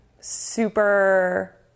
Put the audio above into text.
super